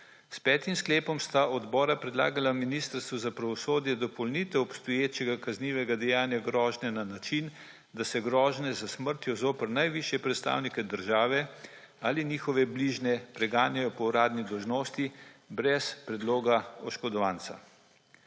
S petim sklepom sta odbora predlagala Ministrstvu za pravosodje dopolnitev obstoječega kaznivega dejanja grožnje na način, da se grožnje s smrtjo zoper najvišje predstavnike države ali njihove bližnje preganjajo po uradni dolžnosti brez predloga oškodovanca.